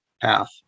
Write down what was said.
path